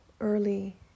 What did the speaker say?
early